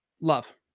love